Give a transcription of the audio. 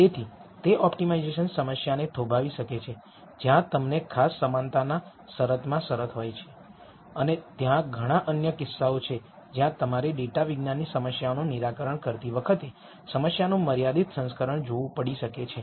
તેથી તે ઓપ્ટિમાઇઝેશન સમસ્યાને થોભાવી શકે છે જ્યાં તમને ખાસ સમાનતાના શરતમાં શરત હોય છે અને ત્યાં ઘણા અન્ય કિસ્સાઓ છે જ્યાં તમારે ડેટાવિજ્ઞાનની સમસ્યાઓનું નિરાકરણ કરતી વખતે સમસ્યાનું મર્યાદિત સંસ્કરણ જોવું પડી શકે છે